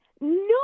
No